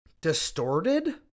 distorted